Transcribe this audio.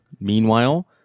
Meanwhile